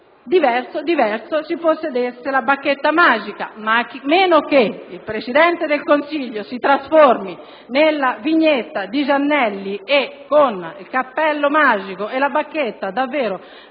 diverso se si possedesse la bacchetta magica, ma a meno che il Presidente del Consiglio non si trasformi nella vignetta di Giannelli e con il cappello magico e con la bacchetta faccia